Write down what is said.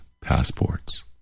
passports